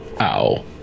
ow